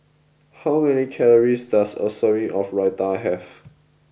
how many calories does a serving of Raita have